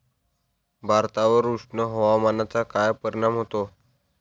भातावर उष्ण हवामानाचा काय परिणाम होतो?